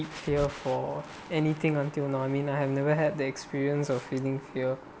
fear for anything until now I mean I have never had the experience of feeling fear